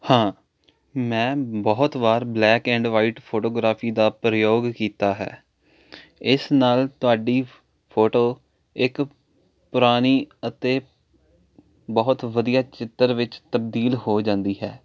ਹਾਂ ਮੈਂ ਬਹੁਤ ਵਾਰ ਬਲੈਕ ਐਂਡ ਵਾਈਟ ਫੋਟੋਗ੍ਰਾਫੀ ਦਾ ਪ੍ਰਯੋਗ ਕੀਤਾ ਹੈ ਇਸ ਨਾਲ ਤੁਹਾਡੀ ਫੋਟੋ ਇੱਕ ਪੁਰਾਣੀ ਅਤੇ ਬਹੁਤ ਵਧੀਆ ਚਿੱਤਰ ਵਿੱਚ ਤਬਦੀਲ ਹੋ ਜਾਂਦੀ ਹੈ